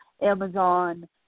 Amazon